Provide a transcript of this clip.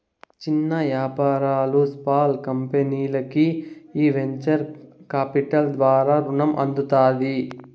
చిన్న యాపారాలు, స్పాల్ కంపెనీల్కి ఈ వెంచర్ కాపిటల్ ద్వారా రునం అందుతాది